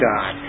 God